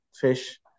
fish